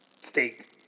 Steak